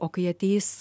o kai ateis